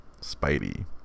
Spidey